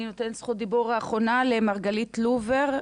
אני נותנת את זכות הדיבור האחרונה למרגלית לורבר,